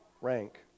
rank